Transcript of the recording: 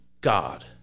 God